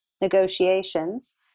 negotiations